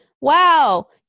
wow